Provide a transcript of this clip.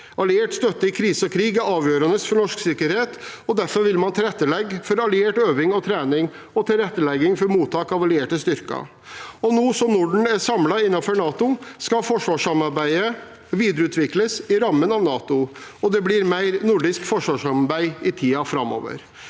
Alliert støtte i krise og krig er avgjørende for norsk sikkerhet, og derfor vil man tilrettelegge for alliert øving og trening og mottak av allierte styrker. Nå som Norden er samlet innenfor NATO, skal forsvarssamarbeidet videreutvikles innenfor rammen av NATO, og det blir mer nordisk forsvarssamarbeid i tiden framover.